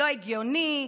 לא הגיוני,